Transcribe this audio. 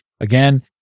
again